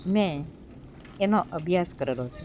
મેં એનો અભ્યાસ કરેલો છે